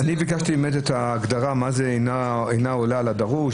אני ביקשתי את ההגדרה מה זה "אינה עונה על הדרוש",